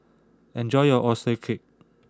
enjoy your Oyster Cake